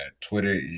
Twitter